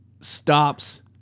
stops